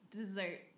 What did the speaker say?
Dessert